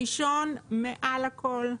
ראשון מעל הכל,